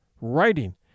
writing